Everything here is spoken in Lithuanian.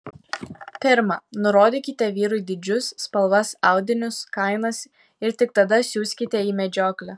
pirma nurodykite vyrui dydžius spalvas audinius kainas ir tik tada siųskite į medžioklę